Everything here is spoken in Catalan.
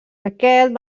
aquest